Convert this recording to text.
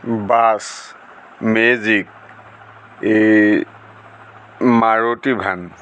bus magic এই মাৰুতি ভান